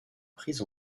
prise